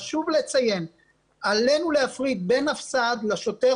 חשוב לציין שעלינו להפריד בין הפס"ד לשוטר